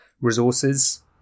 resources